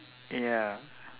ya